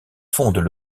fondent